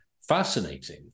fascinating